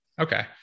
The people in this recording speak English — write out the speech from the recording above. Okay